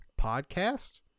podcast